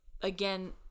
again